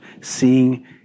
seeing